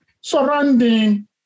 surrounding